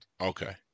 Okay